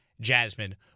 Jasmine